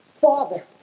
Father